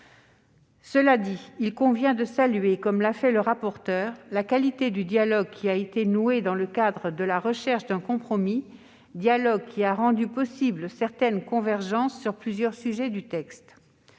Cela dit, il convient de saluer, comme l'a fait le rapporteur, la qualité du dialogue qui a été noué dans le cadre de la recherche d'un compromis, dialogue qui a rendu possibles certaines convergences sur plusieurs sujets du texte.